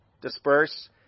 disperse